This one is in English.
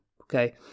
okay